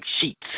sheets